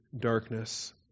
darkness